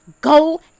Go